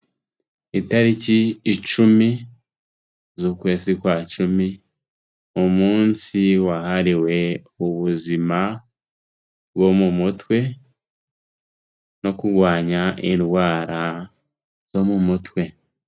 Itariki icumi z'ukwezi kwa cumi, umunsi wahariwe ubuzima bwo mu mutwe no kurwanya indwara zo mu mutwe.